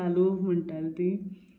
म्हाका मातसो पळोवपाक जाय